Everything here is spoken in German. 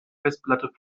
festplatten